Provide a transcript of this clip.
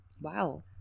Wow